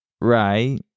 right